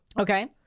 Okay